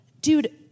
dude